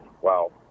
wow